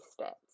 steps